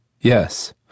Yes